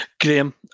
Graham